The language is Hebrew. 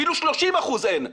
אפילו 30 אחוזים אין.